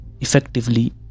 effectively